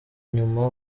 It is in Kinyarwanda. nyuma